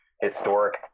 historic